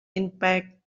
impact